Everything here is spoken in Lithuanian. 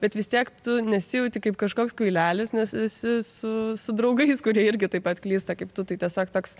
bet vis tiek tu nesijauti kaip kažkoks kvailelis nes esi su su draugais kurie irgi taip pat klysta kaip tu tai tiesiog toks